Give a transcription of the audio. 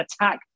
attack